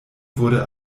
wurde